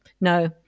No